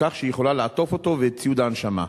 בכך שהיא יכולה לעטוף אותו ואת ציוד ההנשמה.